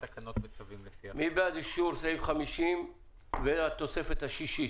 מי בעד אישור סעיף 50 והתוספת השישית?